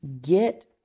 get